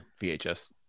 vhs